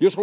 Jos